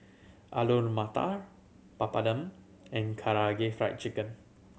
Alu Matar Papadum and Karaage Fried Chicken